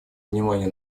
внимание